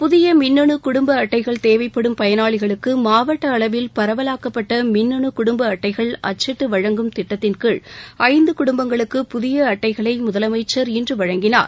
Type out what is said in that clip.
புதிய மின்னணு குடும்ப அட்டைகள் தேவைப்படும் பயனாளிகளுக்கு மாவட்ட அளவில் பரவலாக்கப்பட்ட மின்னணு குடும்ப அட்டைகள் அச்சிட்டு வழங்கும் திட்டத்தின் கீழ் ஐந்து குடும்பங்களுக்கு புதிய அட்டைகளை முதலமைச்சர் இன்று வழங்கினார்